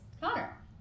Connor